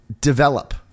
develop